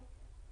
לא.